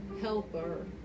helper